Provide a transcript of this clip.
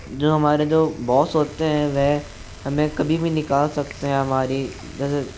जो हमारे जो बॉस होते है वह हमें कभी भी निकाल सकते है हमारी जैसे